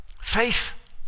Faith